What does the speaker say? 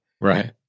Right